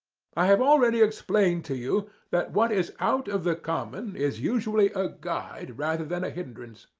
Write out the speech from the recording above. i have already explained to you that what is out of the common is usually a guide rather than a hindrance.